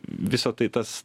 visą tai tas